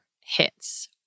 hits